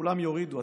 כולם יורידו,